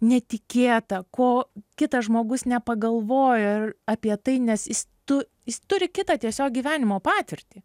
netikėta ko kitas žmogus nepagalvojo apie tai nes jis tu jis turi kitą tiesiog gyvenimo patirtį